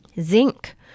Zinc